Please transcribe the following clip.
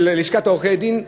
של לשכת עורכי-הדין.